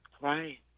Right